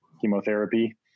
chemotherapy